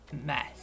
mess